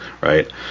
right